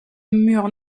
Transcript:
mur